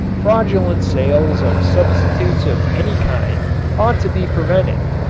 fradulent sales of substitutes of any kind ought to be prevented,